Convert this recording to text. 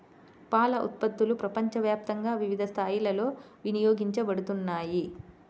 పాల ఉత్పత్తులు ప్రపంచవ్యాప్తంగా వివిధ స్థాయిలలో వినియోగించబడుతున్నాయి